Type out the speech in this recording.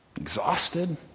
Exhausted